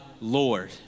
Lord